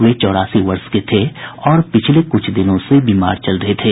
वे चौरासी वर्ष के थे और पिछले कुछ दिनों से बीमार चल रहे थे